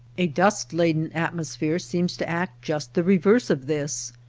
a dust-laden atmosphere seems to act just the reverse of this.